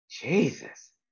Jesus